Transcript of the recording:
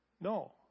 No